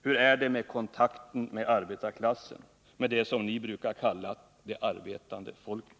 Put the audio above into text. Hur är det med kontakten med arbetarklassen, med dem som ni brukar kalla det arbetande folket?